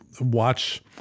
watch